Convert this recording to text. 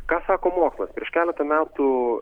ką sako mokslas prieš keletą metų